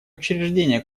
учреждение